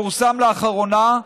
פורסם לאחרונה,